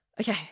Okay